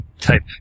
type